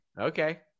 Okay